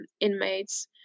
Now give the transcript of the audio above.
inmates